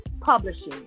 publishing